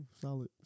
Solid